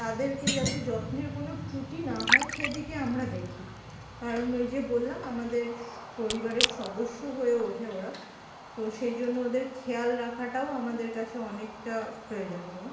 তাদেরকে যাতে যত্নের কোনো ত্রুটি না হয় সেদিকে আমরা দেখি কারণ ওই যে বললাম আমাদের পরিবারের সদস্য হয়ে ওঠে ওরা তো সেই জন্য ওদের খেয়াল রাখাটাও আমাদের কাছে অনেকটা প্রয়োজনীয়